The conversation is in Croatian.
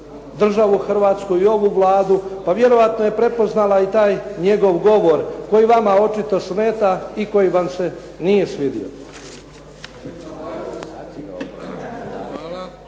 državu Hrvatsku i ovu Vladu, pa vjerojatno je prepoznala i taj njegov govor koji vama očito smeta i koji vam se nije svidio.